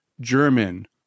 German